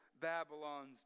Babylon's